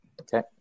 Okay